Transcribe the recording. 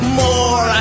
more